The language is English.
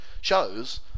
shows